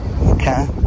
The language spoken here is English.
okay